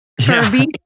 Kirby